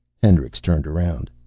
hendricks turned around.